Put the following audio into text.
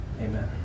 Amen